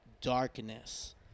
Darkness